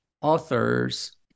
authors